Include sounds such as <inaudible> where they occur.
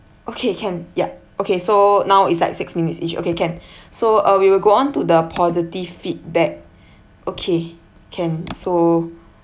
okay can yup okay so now it's like six minutes each okay can <breath> so uh we will go on to the positive feedback okay can so